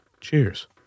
Cheers